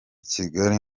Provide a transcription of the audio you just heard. kigali